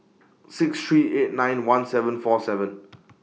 six three eight nine one seven four seven